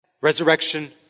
resurrection